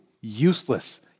useless